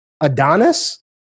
Adonis